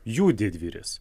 jų didvyris